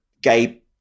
gay